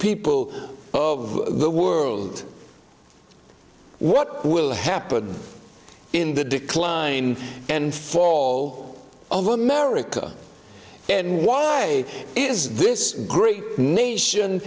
people of the world what will happen in the decline and fall of america and why is this great nation